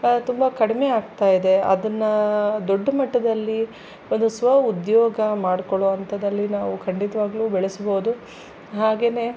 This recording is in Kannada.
ತುಂಬ ಕಡಇಮೆ ಆಗ್ತಾಯಿದೆ ಅದನ್ನು ದೊಡ್ಡ ಮಟ್ಟದಲ್ಲಿ ಒಂದು ಸ್ವ ಉದ್ಯೋಗ ಮಾಡ್ಕೊಳ್ಳೋವಂಥದ್ದಲ್ಲಿ ನಾವು ಖಂಡಿತವಾಗ್ಲೂ ಬೆಳೆಸಬಹುದು ಹಾಗೆಯೇ